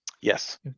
Yes